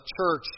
church